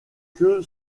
que